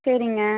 சரிங்க